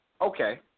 Okay